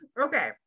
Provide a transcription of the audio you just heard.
Okay